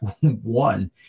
one